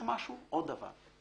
עוד דבר.